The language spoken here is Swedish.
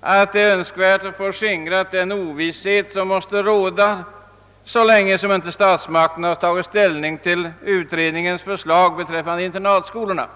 att det är önskvärt att skingra den ovisshet som måste råda så länge inte statsmakterna tagit ställning till utredningens förslag beträffande dessa skolor.